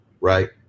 right